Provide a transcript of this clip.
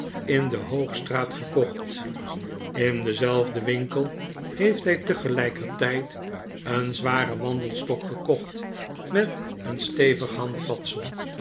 in de hoogstraat gekocht in denzelfden winkel heeft hy tegelykertyd een zwaren wandelstok gekocht met een stevig handvatsel